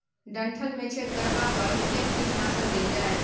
डंठल मे छेद करबा पर केना कीटनासक देल जाय?